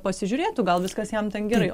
pasižiūrėtų gal viskas jam ten gerai